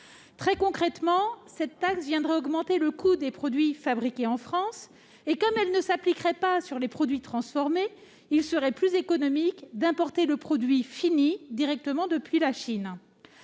Très concrètement, cette taxe entraînerait l'augmentation du coût des produits fabriqués en France. Comme elle ne s'appliquerait pas sur les produits transformés, il deviendrait plus économique d'importer le produit fini directement depuis la Chine.